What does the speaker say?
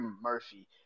Murphy